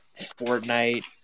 Fortnite